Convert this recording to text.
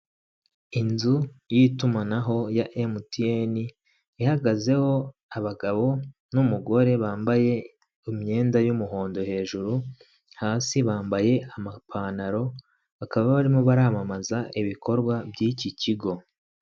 Inzu y'itumanaho ya emutiyeni ihagazeho abagabo n'umugore bambaye imyenda y'umuhondo hejuru, hasi bambaye amapantaro bakaba barimo baramamaza ibikorwa by'iki kigo.